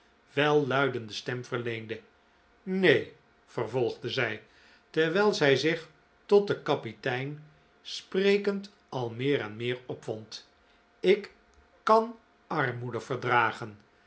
welluidende stem verleende neen vervolgde zij terwijl zij zich tot den kapitein sprekend al meer en meer opwond ik kan armoede verdragen